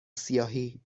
سیاهی